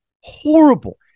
horrible